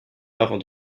avant